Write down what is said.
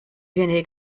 viene